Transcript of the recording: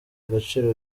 agaciro